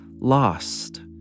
lost